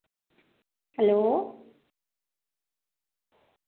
hello